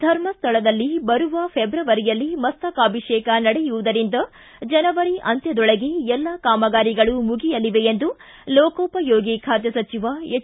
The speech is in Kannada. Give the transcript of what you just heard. ಧರ್ಮಸ್ವಳದಲ್ಲಿ ಬರುವ ಫೆಬ್ರುವರಿಯಲ್ಲಿ ಮಸ್ತಕಾಭಿಷೇಕ ನಡೆಯುವುದರಿಂದ ಜನವರಿ ಅಂತ್ಯದೊಳಗೆ ಎಲ್ಲಾ ಕಾಮಗಾರಿಗಳು ಮುಗಿಯಲಿವೆ ಎಂದು ಲೋಕೋಪಯೋಗಿ ಖಾತೆ ಸಚಿವ ಎಚ್